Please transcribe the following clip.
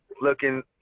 looking